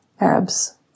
Arabs